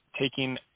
taking